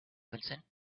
vincent